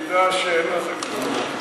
שידע שאין לזה גבול,